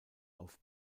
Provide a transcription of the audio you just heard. auf